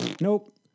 nope